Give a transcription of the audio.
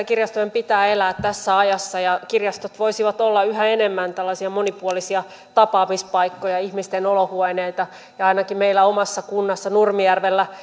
kirjastojen pitää elää tässä ajassa ja kirjastot voisivat olla yhä enemmän tällaisia monipuolisia tapaamispaikkoja ihmisten olohuoneita ja ainakin meillä omassa kunnassa nurmijärvellä